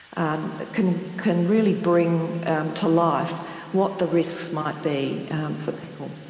and can can really bring to life what the risks might be for people.